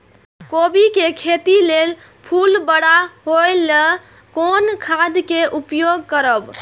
कोबी के खेती लेल फुल बड़ा होय ल कोन खाद के उपयोग करब?